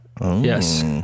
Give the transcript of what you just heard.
Yes